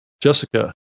Jessica